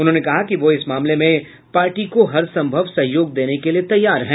उन्होंने कहा कि वह इस मामले में पार्टी को हर संभव सहयोग देने के लिए तैयार है